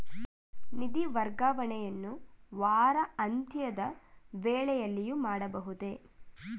ನಿಧಿ ವರ್ಗಾವಣೆಯನ್ನು ವಾರಾಂತ್ಯದ ವೇಳೆಯೂ ಮಾಡಬಹುದೇ?